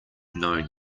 knowing